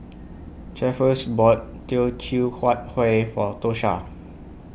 Cephus bought Teochew Huat Kueh For Tosha